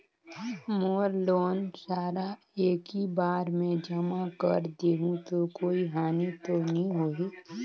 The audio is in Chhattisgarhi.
मोर लोन सारा एकी बार मे जमा कर देहु तो कोई हानि तो नी होही?